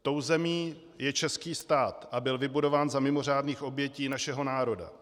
Tou zemí je český stát a byl vybudován za mimořádných obětí našeho národa.